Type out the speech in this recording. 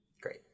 Great